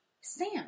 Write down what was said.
Sam